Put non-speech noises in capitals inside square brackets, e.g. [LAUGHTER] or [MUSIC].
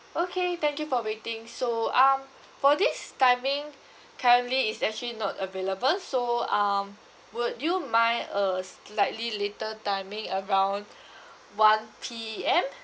okay thank you for waiting so um for this timing currently is actually not available so um would you mind uh slightly later timing around [BREATH] one P_M